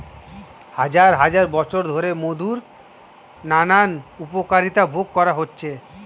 হাজার হাজার বছর ধরে মধুর নানান উপকারিতা ভোগ করা হচ্ছে